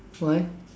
why